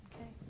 Okay